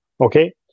Okay